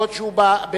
בעוד שהוא בעד.